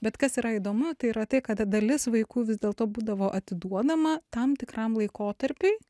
bet kas yra įdomu tai yra tai kad dalis vaikų vis dėlto būdavo atiduodama tam tikram laikotarpiui